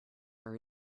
are